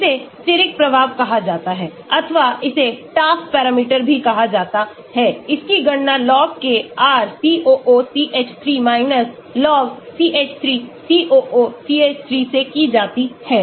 इसे steric प्रभाव कहा जाता हैअथवा इसे Taft पैरामीटर भी कहा जाता है इसकी गणना log k RCOOCH3 log CH3 COOCH3से की जाती है